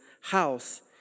house